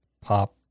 pop